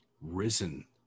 risen